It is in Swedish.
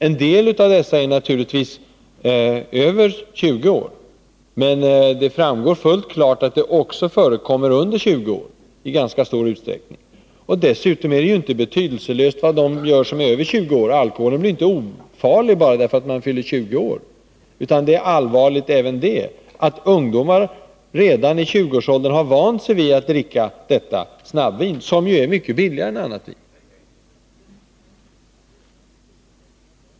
En del av de tillfrågade är naturligtvis över 20 år, men det framgår fullt klart att också många ungdomar under 20 år har gjort det. Dessutom är det inte betydelselöst vad de gör som är över 20 år — alkoholen blir inte ofarligare bara för att man fyller 20 år. Det allvarliga är emellertid att ungdomar redan i 20-årsåldern har vant sig vid att dricka detta snabbvin, som är mycket billigare än annat vin.